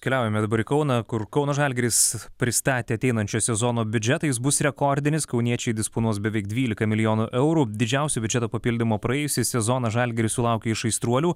keliaujame dabar į kauną kur kauno žalgiris pristatė ateinančio sezono biudžetą jis bus rekordinis kauniečiai disponuos beveik dvylika milijonų eurų didžiausio biudžeto papildymo praėjusį sezoną žalgiris sulaukė iš aistruolių